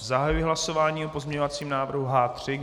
Zahajuji hlasování o pozměňovacím návrhu H3.